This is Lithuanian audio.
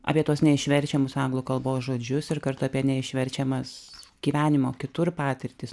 apie tuos neišverčiamus anglų kalbos žodžius ir kartu apie neišverčiamas gyvenimo kitur patirtis